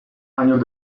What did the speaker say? años